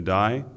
die